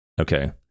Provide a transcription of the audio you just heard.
okay